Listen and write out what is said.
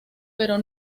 pero